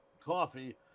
coffee